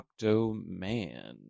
Octoman